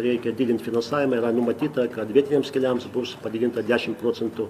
reikia didint finansavimą yra numatyta kad vietiniams keliams bus padidinta dešim procentų